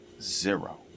zero